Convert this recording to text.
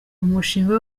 umushinga